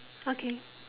okay